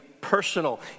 personal